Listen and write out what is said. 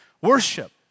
worship